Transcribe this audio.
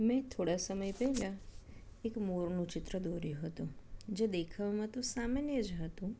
મેં થોડા સમય પહેલાં તેને એક મોરનું ચિત્ર દોર્યું હતું જો દેખાવમાં તો સામાન્ય જ હતું